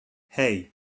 hey